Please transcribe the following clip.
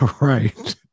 Right